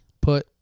put